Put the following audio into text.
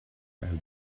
have